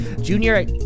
Junior